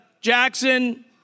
Jackson